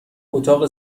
اتاق